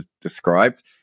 described